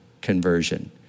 conversion